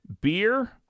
Beer